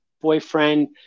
boyfriend